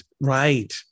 right